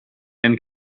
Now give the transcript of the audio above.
and